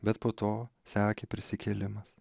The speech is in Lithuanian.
bet po to sekė prisikėlimas